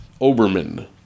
Oberman